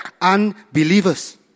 unbelievers